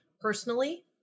personally